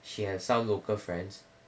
she has some local friends